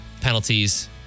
penalties